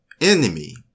enemy